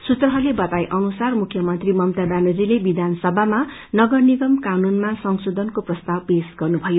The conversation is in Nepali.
सूत्रहरूले बताउए अनुसार मुख्यमंी ममता व्यानर्जीले विधानसभामा नगर निगम कानूनमा संशोधनके प्रस्ताव पेश गर्नुभयो